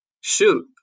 shoot